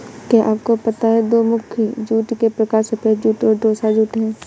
क्या आपको पता है दो मुख्य जूट के प्रकार सफ़ेद जूट और टोसा जूट है